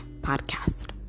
podcast